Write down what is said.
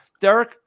Derek